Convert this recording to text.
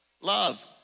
Love